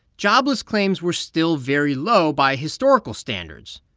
jobless claims were still very low by historical standards.